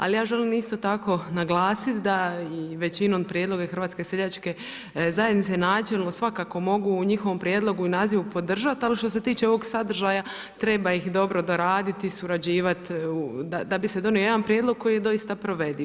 Ali ja želim isto tako naglasiti da i većinom prijedloga hrvatske seljačke zajednice načelno svakako mogu u njihovom prijedlogu i nazivu podržati, ali što se tiče ovog sadržaja treba ih dobro doraditi, surađivati da bi se dobio jedan prijedlog koji je dosta provediv.